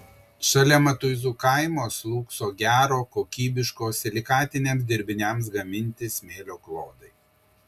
šalia matuizų kaimo slūgso gero kokybiško silikatiniams dirbiniams gaminti smėlio klodai